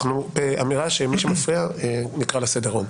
אמרנו שמי שמפריע, נקרא לסדר.